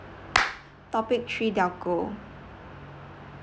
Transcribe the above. topic three telco